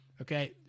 okay